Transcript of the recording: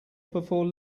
before